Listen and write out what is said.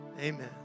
Amen